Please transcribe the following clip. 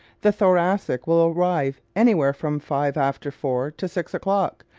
the thoracic will arrive anywhere from five after four to six o'clock,